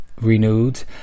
Renewed